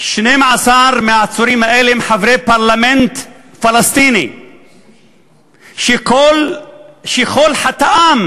12 מהעצורים האלה הם חברי פרלמנט פלסטינים שכל חטאם